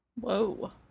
Whoa